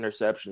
interceptions